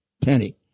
Penny